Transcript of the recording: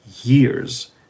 years